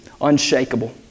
unshakable